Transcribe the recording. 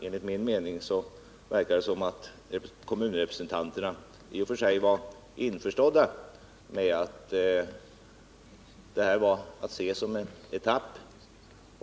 Enligt min mening verkar det som om kommunrepresentanterna är på det klara med att det här är att se som en etapp.